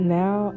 now